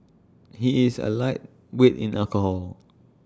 he is A lightweight in alcohol